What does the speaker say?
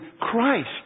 Christ